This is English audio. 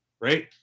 Right